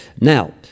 Now